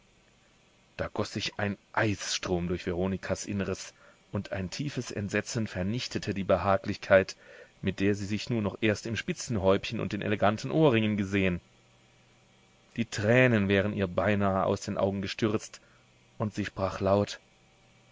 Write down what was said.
da goß sich ein eisstrom durch veronikas innres und ein tiefes entsetzen vernichtete die behaglichkeit mit der sie sich nur noch erst im spitzenhäubchen und den eleganten ohrringen gesehen die tränen wären ihr beinahe aus den augen gestürzt und sie sprach laut